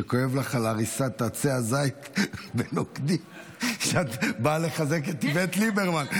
שכואב לך על הריסת עצי הזית ושאת באה לחזק את איווט ליברמן.